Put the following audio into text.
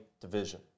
division